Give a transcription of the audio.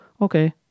okay